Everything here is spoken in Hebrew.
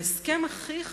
בהסכם הכי חשוב,